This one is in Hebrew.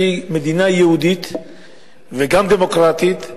שהיא מדינה יהודית וגם דמוקרטית,